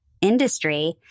industry